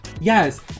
Yes